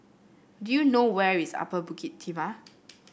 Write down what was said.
do you know where is Upper Bukit Timah